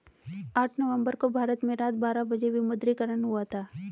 आठ नवम्बर को भारत में रात बारह बजे विमुद्रीकरण हुआ था